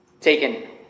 taken